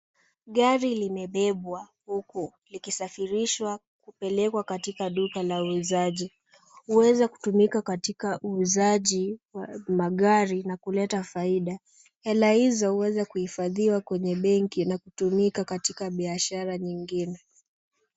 Gari limebebwa huku likisafirishwa kupelekwa katika duka la uuzaji. Huweza kutumika katika uuzaji wa magari na kuleta faida. Hela hizo hueza kuhifadhiwa kwenye benki na kutumika katika biashara nyingine.